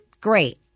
great